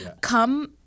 come